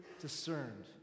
discerned